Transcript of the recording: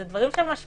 אלה דברים שמשפיעם